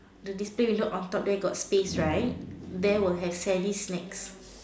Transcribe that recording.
the display window on top there got space right there will have Sally's snacks